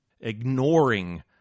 ignoring